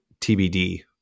tbd